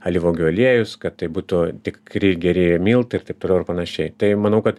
alyvuogių aliejus kad tai būtų tikri geri miltai ir taip toliau ir panašiai tai manau kad